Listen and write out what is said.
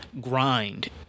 grind